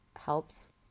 helps